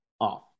off